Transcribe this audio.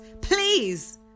please